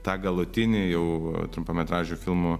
tą galutinį jau trumpametražių filmų